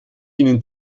ihnen